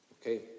Okay